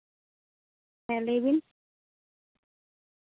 ᱦᱮᱸ ᱞᱟᱹᱭ ᱵᱤᱱ